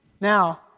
Now